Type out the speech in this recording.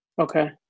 Okay